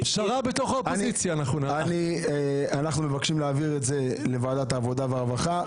אנחנו מבקשים להעביר את זה לוועדת העבודה והרווחה.